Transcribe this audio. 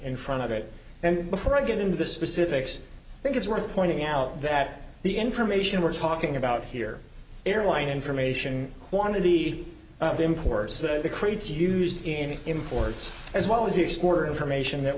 in front of it and before i get into the specifics i think it's worth pointing out that the information we're talking about here airline information quantity of the imports that the crates used in imports as well as the exporter information that